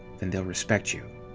then they'll respect you.